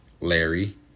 Larry